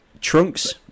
Trunks